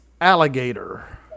alligator